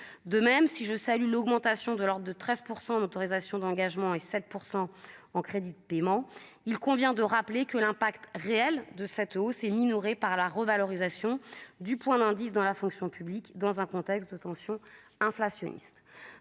de même si je salue l'augmentation de l'ordre de 13 % en autorisations d'engagement et 7 % en crédits de paiement, il convient de rappeler que l'impact réel de cette hausse est minorée par la revalorisation du point d'indice dans la fonction publique, dans un contexte de tensions inflationnistes,